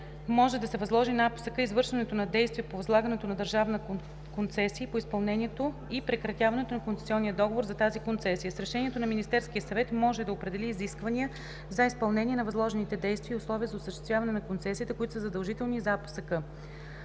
може да възложи на АПСК извършването на действия по възлагането на държавна концесия и по изпълнението и прекратяването на концесионния договор за тази концесия. С решението Министерският съвет може да определи изисквания за изпълнение на възложените действия и условия за осъществяване на концесията, които са задължителни за АПСК.“